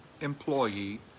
employee